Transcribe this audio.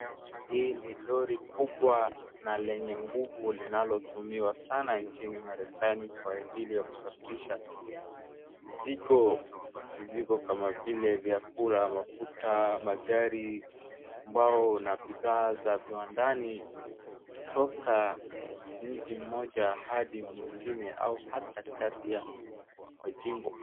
Hii ni lori kubwa na lenye linalotumiwa saa nchini marekani kwa ajiri ya kusafirisha mizigo kkama vile magari ambao zinapita viwandani